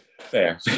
Fair